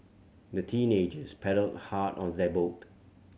the teenagers paddled hard on their boat